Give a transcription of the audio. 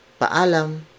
paalam